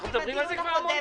אנחנו מדברים על זה כמה פעמים.